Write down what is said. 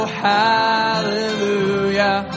hallelujah